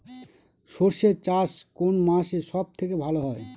সর্ষে চাষ কোন মাসে সব থেকে ভালো হয়?